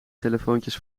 telefoontjes